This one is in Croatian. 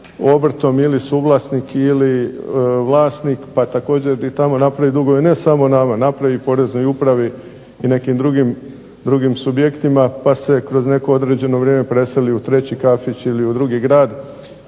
obrtom ili suvlasnik ili vlasnik pa također i tamo napravi dugove ne samo nama, napravi i Poreznoj upravi i nekim drugim subjektima pa se kroz neko određeno vrijeme preseli u treći kafić ili u drugi grad.